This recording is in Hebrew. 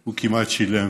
שהוא כמעט שילם